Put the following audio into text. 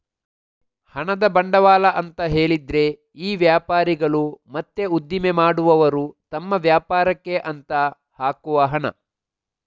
ಹಣದ ಬಂಡವಾಳ ಅಂತ ಹೇಳಿದ್ರೆ ಈ ವ್ಯಾಪಾರಿಗಳು ಮತ್ತೆ ಉದ್ದಿಮೆ ಮಾಡುವವರು ತಮ್ಮ ವ್ಯಾಪಾರಕ್ಕೆ ಅಂತ ಹಾಕುವ ಹಣ